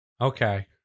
Okay